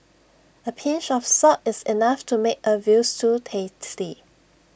A pinch of salt is enough to make A Veal Stew tasty